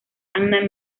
anna